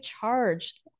charged